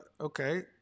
okay